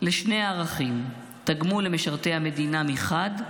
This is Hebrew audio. לשני ערכים: תגמול למשרתי המדינה מחד,